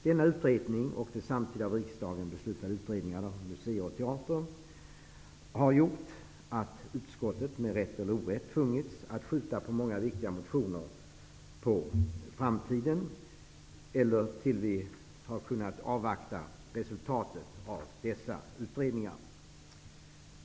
Denna utredning och de av riksdagen samtidigt beslutade utredningarna om museer och teatrar har gjort att utskottet med rätt eller orätt tvingats att skjuta många viktiga motioner på framtiden medan vi avvaktar resultatet av dessa utredningar.